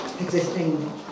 existing